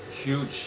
huge